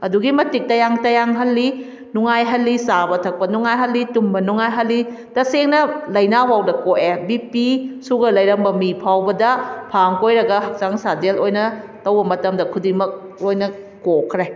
ꯑꯗꯨꯒꯤ ꯃꯇꯤꯛ ꯇꯌꯥꯡ ꯇꯌꯥꯡ ꯍꯜꯂꯤ ꯅꯨꯡꯉꯥꯏꯍꯜꯂꯤ ꯆꯥꯕ ꯊꯛꯄ ꯅꯨꯡꯉꯥꯏꯍꯜꯂꯤ ꯇꯨꯝꯕ ꯅꯨꯡꯉꯥꯏꯍꯜꯂꯤ ꯇꯁꯦꯡꯅ ꯂꯥꯏꯅꯥꯐꯧꯗ ꯀꯣꯛꯑꯦ ꯕꯤ ꯄꯤ ꯁꯨꯒꯔ ꯂꯩꯔꯝꯕ ꯃꯤ ꯐꯥꯎꯕꯗ ꯐꯥꯔꯝ ꯀꯣꯏꯔꯒ ꯍꯛꯆꯥꯡ ꯁꯥꯖꯦꯜ ꯑꯣꯏꯅ ꯇꯧꯕ ꯃꯇꯝꯗ ꯈꯨꯗꯤꯡꯃꯛ ꯂꯣꯏꯅ ꯀꯣꯛꯈ꯭ꯔꯦ